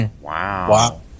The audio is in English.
Wow